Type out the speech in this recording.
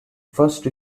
first